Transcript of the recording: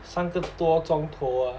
三个多钟头 ah